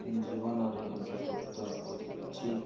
ଜୀବନରେ ଅନ୍ତର୍ଭୁକ୍ତ କରିଛି